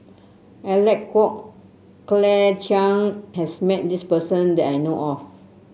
Alec Kuok Claire Chiang has met this person that I know of